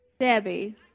Debbie